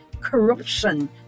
corruption